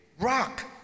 rock